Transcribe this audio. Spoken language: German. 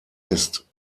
ist